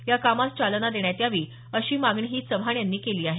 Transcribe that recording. या कामास चालना देण्यात यावी अशी मागणी चव्हाण यांनी केली आहे